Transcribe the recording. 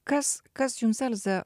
kas kas jums elze